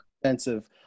expensive